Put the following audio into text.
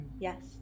Yes